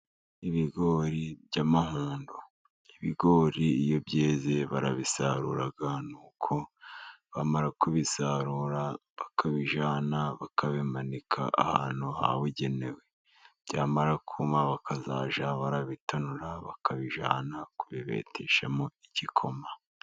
Ibigori by'amahundo. Ibigori iyo byeze barabisarura，ni uko bamara kubisarura bakabijyana， bakabimanika ahantu habugenewe， byamara kuma bakazajya barabitonora， bakabijyana kubibeteshamo igikoma.